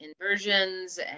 inversions